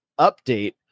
update